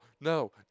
No